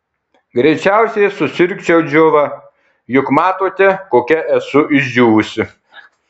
greičiausiai susirgčiau džiova juk matote kokia esu išdžiūvusi